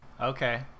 Okay